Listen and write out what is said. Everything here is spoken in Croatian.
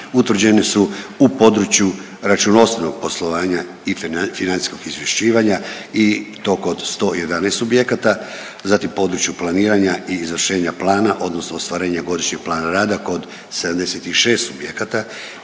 utvrđene su u području računovodstvenog poslovanja i financijskog izvješćivanja i to od 111 subjekata, zatim u području planiranja i izvršenja plana odnosno ostvarenja godišnjeg plana rada kod 76 subjekata,